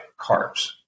carbs